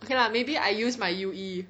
okay lah maybe I use my U_E